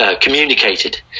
communicated